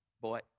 boy